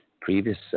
previous